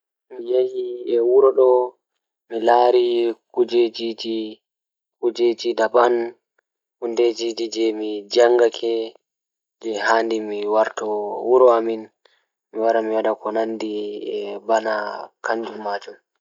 Miyahi e wuro ɗo mi laari kujeeji So miɗo waɗa e dow janngooree e jammaji ɗoo e nder ndiyam ɗiɗi. Kooku, ɗoɗɗe ɗoo njaltinande, e njiddirde e naange. Gulɗum, ɗoɗɗeɗe jooɗude e sakka. Yiyde, ɗoɗɗeɗe looti, ngol waawi jooɗude e naange. Bottol ngam ndiyam, ɗoɗɗeɗe ɗoom njabbu e jammaji ɗiɗi. Came, ɗoɗɗeɗe safara ndaarayde ko nafoore, so miɗo safara ɗeɗɗume.